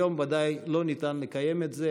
היום ודאי לא ניתן לקיים את זה,